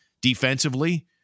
defensively